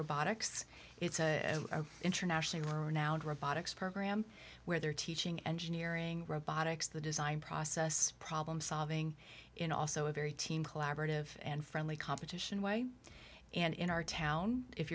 robotics it's a internationally renowned robotics program where they're teaching engineering robotics the design process problem solving in also a very team collaborative and friendly competition way and in our town if